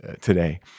today